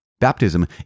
Baptism